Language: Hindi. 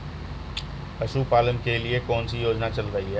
पशुपालन के लिए कौन सी योजना चल रही है?